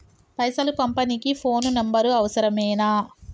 పైసలు పంపనీకి phone number అవసరమేనా?